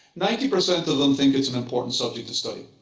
ninety percent of them think it's an important subject to study.